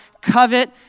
covet